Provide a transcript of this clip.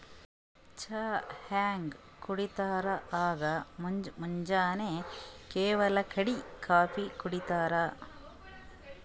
ಚಾ ಹ್ಯಾಂಗ್ ಕುಡಿತರ್ ಹಂಗ್ ಮುಂಜ್ ಮುಂಜಾನಿ ಕೆಲವ್ ಕಡಿ ಕಾಫೀ ಕುಡಿತಾರ್